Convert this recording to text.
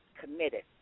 committed